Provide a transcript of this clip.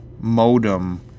modem